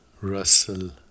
Russell